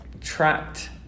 trapped